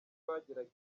bageraga